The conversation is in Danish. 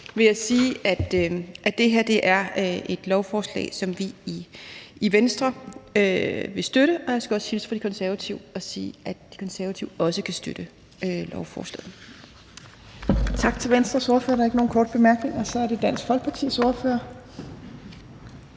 jeg sige, at det her er et lovforslag, som vi i Venstre vil støtte, og jeg skulle også hilse fra De Konservative og sige, at de også kan støtte lovforslaget. Kl. 13:11 Tredje næstformand (Trine Torp): Tak til Venstres ordfører. Der er ikke nogen korte bemærkninger. Så er det Dansk Folkepartis ordfører,